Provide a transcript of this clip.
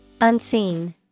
Unseen